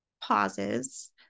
pauses